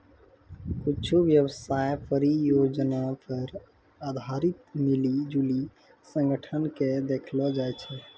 कुच्छु व्यवसाय परियोजना पर आधारित मिली जुली संगठन के देखैलो जाय छै